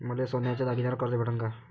मले सोन्याच्या दागिन्यावर कर्ज भेटन का?